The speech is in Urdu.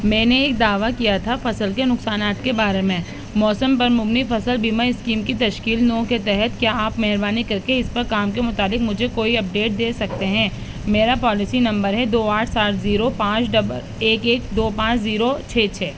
میں نے ایک دعویٰ کیا تھا فصل کے نقصانات کے بارے میں موسم پر مبنی فصل بیمہ اسکیم کی تشکیل نو کے تحت کیا آپ مہربانی کر کے اس پر کام کے مطابق مجھے کوئی اپڈیٹ دے سکتے ہیں میرا پالسی نمبر ہے دو آٹھ سات زیرو پانچ ڈبل ایک ایک دو پانچ زیرو چھ چھ